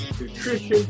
nutrition